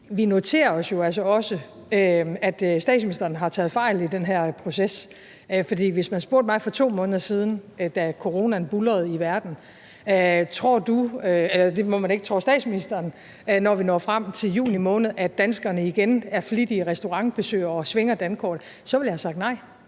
jo altså også, at statsministeren har taget fejl i den her proces, for hvis man havde spurgt mig for 2 måneder siden, da coronaen buldrede frem i verden, om statsministeren, når vi nåede frem til juni måned, troede, at danskerne igen ville være flittige restaurantbesøgende og svinge dankortet, ville jeg have sagt nej.